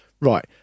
right